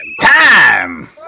Time